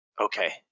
okay